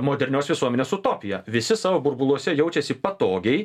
modernios visuomenės utopiją visi savo burbuluose jaučiasi patogiai